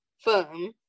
firm